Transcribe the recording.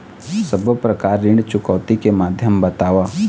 सब्बो प्रकार ऋण चुकौती के माध्यम बताव?